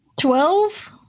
Twelve